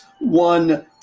one